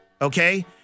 okay